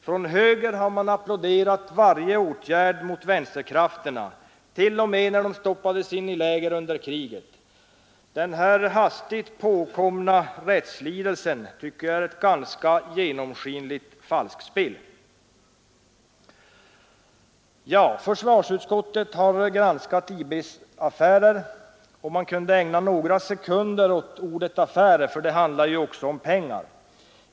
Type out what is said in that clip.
Från högern har man applåderat varje åtgärd mot vänsterkrafterna, t.o.m. när kommunister stoppades in i läger under kriget. Den hastigt påkomna rättslidelsen tycker jag är ett ganska genomskinligt falskspel. Försvarsutskottet har granskat IB-affärer, och man kunde ägna några sekunder åt ordet affärer för det handlar ju också om pengar.